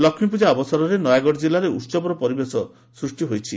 ଲକ୍ଷୀପୂଜା ଅବସରରେ ନୟାଗଡ଼ ଜିଲ୍ଲାରେ ଉହବର ପରିବେଶ ସୃଷ୍ଟି ହୋଇଛି